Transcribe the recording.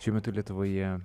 šiuo metu lietuvoje